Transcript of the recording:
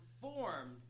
performed